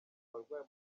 abarwayi